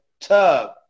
tub